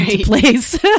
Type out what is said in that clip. place